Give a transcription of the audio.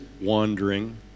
wandering